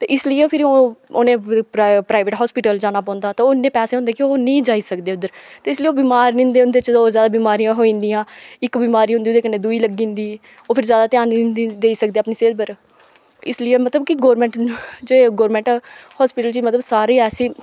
ते इसलिए फिर ओह् उ'नें प्राइवेट हास्पटिल जाना पौंदा ते ओह् इन्ने पैसे कि ओह् नेईं जाई सकदे उद्धर ते इसलेई ओह् बिमार निं होंदे उंदे च लोक ज्यादा बिमारियां होई जंदियां इक बिमारी होंदी ते ओह्दे कन्नै दूई लग्गी जंदी ओह् फिर ज्यादा ध्यान नेईं देई सकदे अपनी सेह्द उप्पर इसलिए मतलब कि गौरमेंट जे गौरमेंट हास्पिटल च मतलब सारे ऐसी